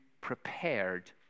prepared